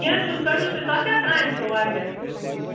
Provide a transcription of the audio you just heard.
کیٚنٛہہ چھُنہٕ کٔرِو تُہۍ تۄہہِ کیٛاہ کامہِ چھُو واریاہ